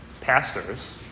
pastors